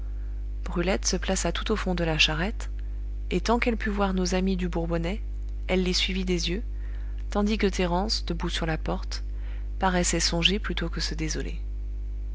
brulette se plaça tout au fond de la charrette et tant qu'elle put voir nos amis du bourbonnais elle les suivit des yeux tandis que thérence debout sur la porte paraissait songer plutôt que se désoler